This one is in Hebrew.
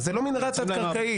אז זה לא מנהרה תת קרקעית.